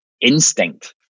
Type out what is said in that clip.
instinct